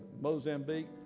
Mozambique